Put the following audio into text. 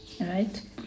right